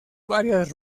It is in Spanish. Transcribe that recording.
varias